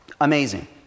amazing